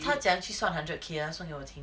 他怎样去算 hundred K ah 算给我听